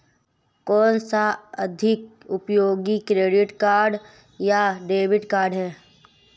कौनसा अधिक उपयोगी क्रेडिट कार्ड या डेबिट कार्ड है?